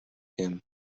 him